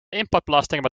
importbelastingen